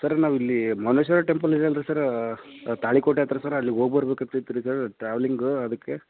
sir ನಾವಿಲ್ಲಿ Moneshwara temple ಇದೆ ಅಲ್ರಿ ಸರ ತಾಳಿಕೋಟೆ ಹತ್ತಿರ ಸರ್ ಅಲ್ಲಿಗೆ ಹೋಗಿ ಬರ್ಬೇಕಂತೈತೆ ರೀ ಇದು ಟ್ರಾವೆಲಿಂಗು ಅದ್ಕೆ